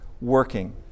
working